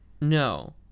No